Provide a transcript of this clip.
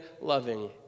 loving